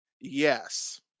Yes